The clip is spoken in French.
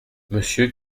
monsieur